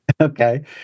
Okay